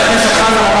חבר הכנסת חזן,